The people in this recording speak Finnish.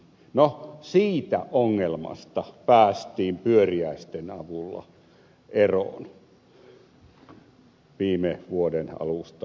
no siitä ongelmasta päästiin pyöriäisten avulla eroon viime vuoden alusta lukien